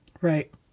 right